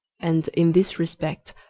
and, in this respect,